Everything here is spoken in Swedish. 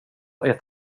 ett